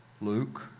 Luke